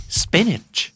spinach